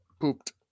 pooped